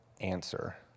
answer